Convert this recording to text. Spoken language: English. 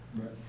Right